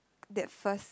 that first